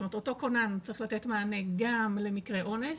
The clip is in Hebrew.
אותו כונן צריך לתת מענה גם למקרה אונס,